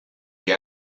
que